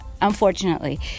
Unfortunately